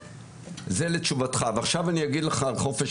זה לתשובתך ועכשיו אני אגיד לך על חופש